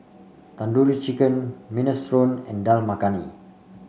Tandoori Chicken Minestrone and Dal Makhani